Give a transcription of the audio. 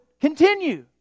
continue